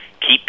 keep